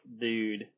dude